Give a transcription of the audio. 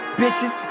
bitches